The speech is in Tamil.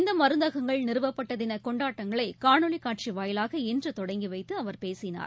இந்த மருந்தகங்கள் நிறுவப்பட்ட தினக் கொண்டாட்டங்களை காணொலிக் காட்சி வாயிலாக இன்று தொடங்கி வைத்து அவர் பேசினார்